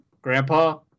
Grandpa